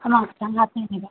ꯑꯃ ꯈꯤꯇꯪ ꯍꯥꯞꯄꯤꯔꯤꯕ